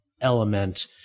element